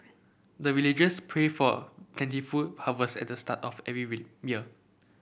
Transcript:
the villagers pray for plentiful harvest at the start of every week year